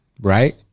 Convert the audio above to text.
right